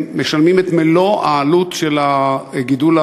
הם משלמים את מלוא העלות של הגידול,